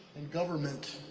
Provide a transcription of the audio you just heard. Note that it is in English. and government.